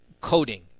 Coding